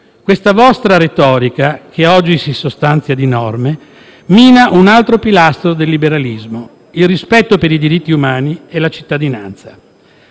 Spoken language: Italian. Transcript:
Questa vostra retorica, che oggi si sostanzia di norme, mina un altro pilastro del liberalismo: il rispetto per i diritti umani e la cittadinanza.